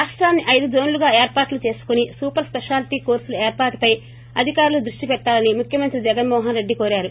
రాష్టాన్ని ఐదు జోన్లుగా ఏర్పాటు చేసుకుని సూపర్ స్పెపాలిటీ కోర్సుల ఏర్పాటుపై అధికారులు దృష్టిపెట్టాలని ముఖ్యమంత్రి జగన్ మోహన్ రెడ్డి కోరారు